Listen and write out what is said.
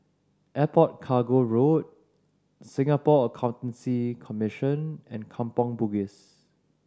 Airport Cargo Road Singapore Accountancy Commission and Kampong Bugis